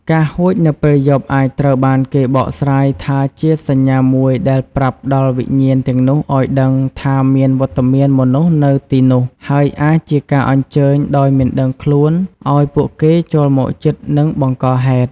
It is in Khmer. ការហួចនៅពេលយប់អាចត្រូវបានគេបកស្រាយថាជាសញ្ញាមួយដែលប្រាប់ដល់វិញ្ញាណទាំងនោះឲ្យដឹងថាមានវត្តមានមនុស្សនៅទីនោះ ហើយអាចជាការអញ្ជើញដោយមិនដឹងខ្លួនឲ្យពួកគេចូលមកជិត និងបង្កហេតុ។